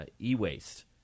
e-waste